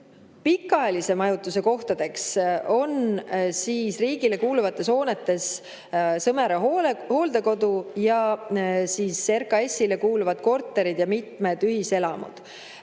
Pikaajalise majutuse kohtadeks on riigile kuuluvates hoonetes Sõmera hooldekodu ja RKAS‑ile kuuluvad korterid ja mitmed ühiselamud,